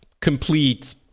complete